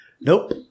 Nope